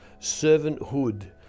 servanthood